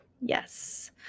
Yes